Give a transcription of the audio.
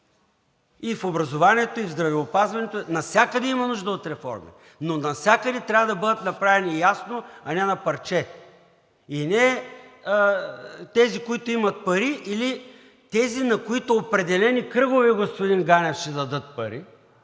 И в образованието, и в здравеопазването – навсякъде има нужда от реформи, но навсякъде трябва да бъдат направени ясно, а не на парче и не тези, които имат пари, или тези, на които определени кръгове, господин Ганев, ще дадат пари.